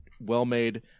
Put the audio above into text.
well-made